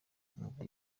ngo